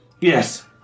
Yes